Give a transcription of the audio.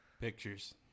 Pictures